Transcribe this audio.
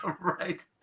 Right